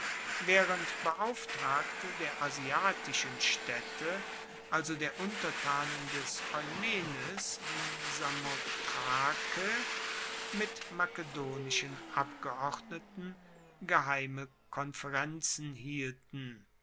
waehrend beauftragte der asiatischen staedte also der untertanen des eumenes in samothrake mit makedonischen abgeordneten geheime konferenzen hielten